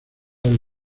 del